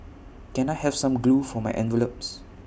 can I have some glue for my envelopes